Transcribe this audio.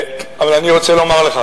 אבל אני רוצה לומר לך